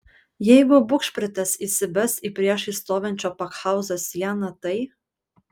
jeigu bugšpritas įsibes į priešais stovinčio pakhauzo sieną tai